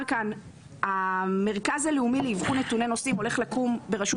כאן המרכז הלאומי לאבחון נתוני נוסעים הולך לקום ברשות